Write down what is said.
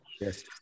Yes